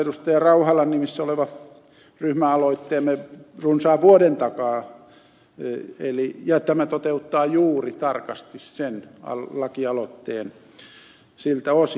rauhalan nimissä oleva ryhmäaloitteemme runsaan vuoden takaa ja tämä toteuttaa juuri tarkasti sen lakialoitteen siltä osin